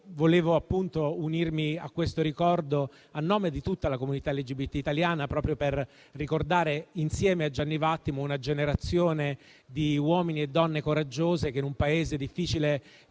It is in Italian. quindi unirmi a questo ricordo a nome di tutta la comunità LGBT italiana proprio per ricordare insieme a Gianni Vattimo una generazione di uomini e donne coraggiosi che in un Paese difficile